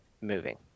moving